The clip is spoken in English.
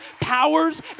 powers